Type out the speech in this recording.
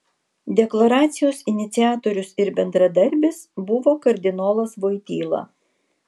deklaracijos iniciatorius ir bendradarbis buvo kardinolas voityla